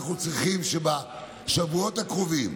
אנחנו צריכים שבשבועות הקרובים,